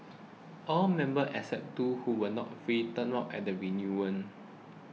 all members except two who were not free turned up at the reunion